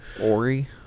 Ori